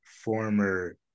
former